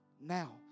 Now